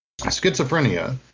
Schizophrenia